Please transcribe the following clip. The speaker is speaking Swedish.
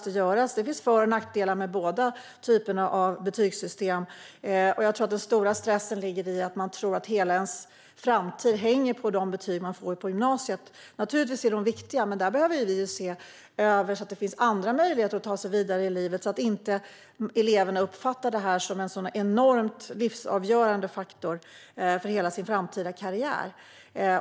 Det finns för och nackdelar med båda typerna av betygssystem. Jag tror att den stora stressen ligger i att man tror att hela ens framtid hänger på de betyg man får på gymnasiet. Naturligtvis är de viktiga, men vi behöver se till att det finns andra möjligheter att ta sig vidare i livet så att eleverna inte uppfattar betygen som en så enormt avgörande faktor för hela sin framtida karriär.